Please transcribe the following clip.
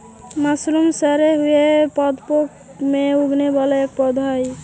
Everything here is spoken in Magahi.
मशरूम सड़े हुए पादपों में उगने वाला एक पौधा हई